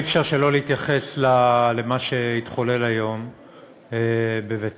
אי-אפשר שלא להתייחס למה שהתחולל היום בבית-אל,